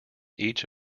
each